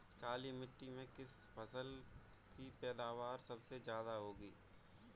काली मिट्टी में किस फसल की पैदावार सबसे ज्यादा होगी?